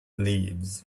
leaves